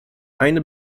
eine